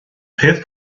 peth